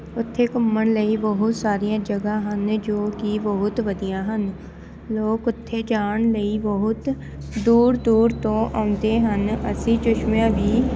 ਉੱਥੇ ਘੁੰਮਣ ਲਈ ਬਹੁਤ ਸਾਰੀਆਂ ਜਗ੍ਹਾ ਹਨ ਜੋ ਕਿ ਬਹੁਤ ਵਧੀਆ ਹਨ ਲੋਕ ਉੱਥੇ ਜਾਣ ਲਈ ਬਹੁਤ ਦੂਰ ਦੂਰ ਤੋਂ ਆਉਂਦੇ ਹਨ ਅਸੀਂ ਚਸ਼ਮਿਆਂ ਵੀ